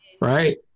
right